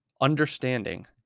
Understanding